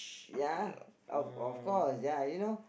ya of of course ya you know